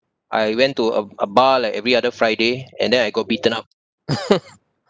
I went to a a bar like every other friday and then I got beaten up